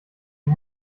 die